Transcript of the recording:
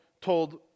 told